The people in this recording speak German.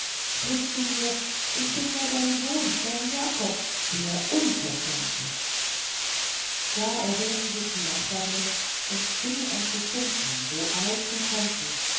spricht zu mir ich bin ja dein sohn dein jakob der unverschämte da erhoben sich die nachbarinnen und fingen an zu schimpfen so arg sie konnten